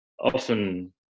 Often